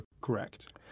correct